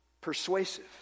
persuasive